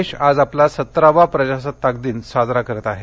देश आज आपला सत्तरावा प्रजासत्ताक दिन साजरा करत आहे